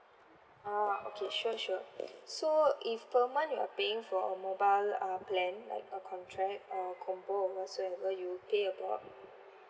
ah okay sure sure so if per month you are paying for a mobile uh plan like a contract or a combo or whatsoever you will pay about